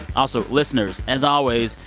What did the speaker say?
also, listeners, as always,